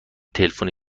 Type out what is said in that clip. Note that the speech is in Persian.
تلفنی